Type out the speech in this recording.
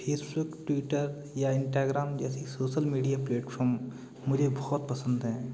Facebook Twitter या Instagram जैसी social media platform मुझे बहुत पसंद है